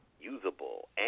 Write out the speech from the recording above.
usable